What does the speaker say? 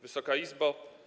Wysoka Izbo!